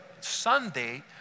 Sunday